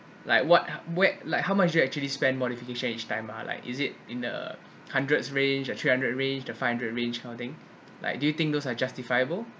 like what ho~ what like how much you actually spend modification each time ah like is it in the hundreds range or three hundred range to five hundred range that kind of thing like do you think those are justifiable